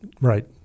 Right